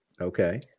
okay